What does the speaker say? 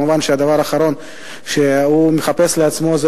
כמובן שהדבר האחרון שהוא מחפש לעצמו זה